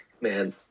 man